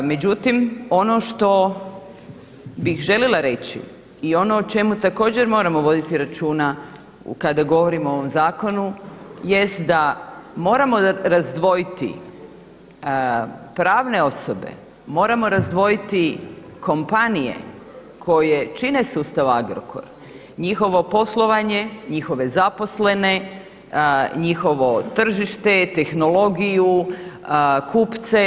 Međutim, ono što bih željela reći i ono o čemu također moramo voditi računa kada govorimo o ovom zakonu jest da moramo razdvojiti pravne osobe, moramo razdvojiti kompanije koje čine sustav Agrokor, njihovo poslovanje, njihove zaposlene, njihovo tržište, tehnologiju, kupce.